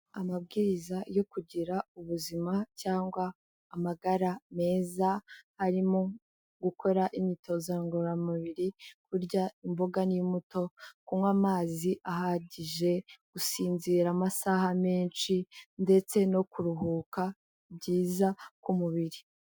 Amabwiriza yo kugira ubuzima cyangwa amagara meza arimo gukora imyitozo ngororamubiri, kurya imboga n'imbuto, kunywa amazi ahagije, gusinzira amasaha menshi ndetse no kuruhuka byiza k'umubiri.